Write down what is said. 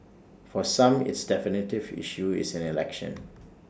for some it's definitive issue is in election